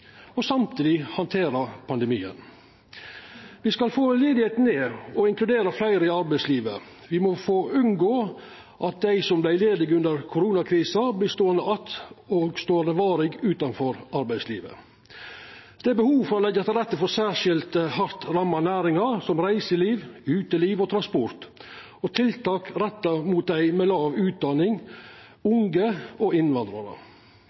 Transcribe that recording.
samtidig handtera pandemien. Me skal få arbeidsløysa ned og inkludera fleire i arbeidslivet. Me må unngå at dei som vart ledige under koronakrisa, vert ståande att og ståande varig utanfor arbeidslivet. Det er behov for å leggja til rette for særskilt hardt ramma næringar, som reiseliv, uteliv og transport, og tiltak retta mot dei med lav utdanning, unge og innvandrarar.